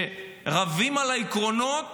שרבים על העקרונות